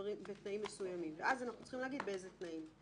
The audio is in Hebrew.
בתנאים מסוימים ואז אנחנו צריכים להגיד באיזה תנאים?